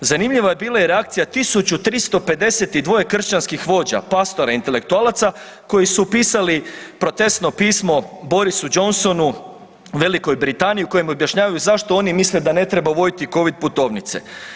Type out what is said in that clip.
Zanimljiva je bila i reakcija 1352 kršćanskih vođa, pastora i intelektualaca, koji su pisali protestno pismo Borisu Johnsonu u Velikoj Britaniji u kojem objašnjavaju zašto oni misle da ne treba uvoditi covid putovnice.